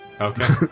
Okay